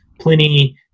Pliny